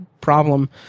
problem